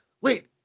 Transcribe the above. wait